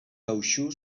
cautxú